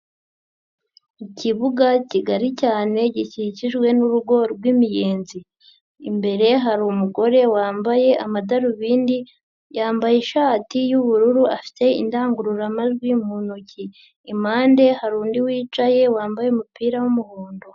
Ikibuga kigari cyane gikikijwe n'urugo rw'imiyenzi, imbere hari umugore wambaye amadarubindi, yambaye ishati y'ubururu afite indangururamajwi mu ntoki, impande hari undi wicaye wambaye umupira w'umuhondo.